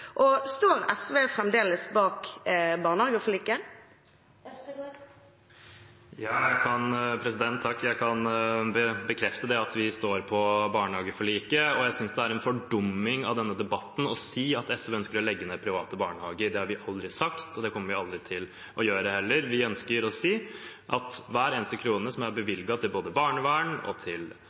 Og står SV fremdeles bak barnehageforliket? Jeg kan bekrefte at vi står på barnehageforliket, og jeg synes det er en fordumming av denne debatten å si at SV ønsker å legge ned private barnehager. Det har vi aldri sagt, og det kommer vi heller aldri til å gjøre. Vi ønsker å si at hver eneste krone som er bevilget til både barnevern og barnehager, skal gå til nettopp det.